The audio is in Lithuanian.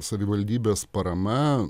savivaldybės parama